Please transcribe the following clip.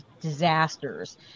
disasters